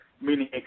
meaning